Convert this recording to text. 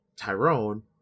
Tyrone